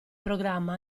programma